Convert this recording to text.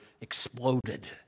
exploded